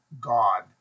God